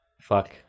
Fuck